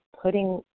putting